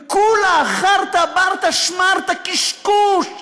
וכולה חרטא ברטא שמרטא, קשקוש.